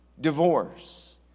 divorce